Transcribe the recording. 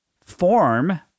form